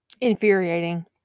Infuriating